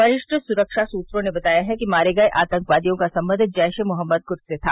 वरिष्ठ सुरक्षा सूत्रों ने बताया है कि मारे गए आतंकवादियों का सम्बन्ध जैश एमोहम्मद गुट से था